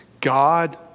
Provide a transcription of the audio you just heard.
God